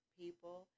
people